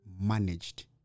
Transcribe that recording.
managed